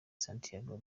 santiago